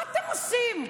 מה אתם עושים?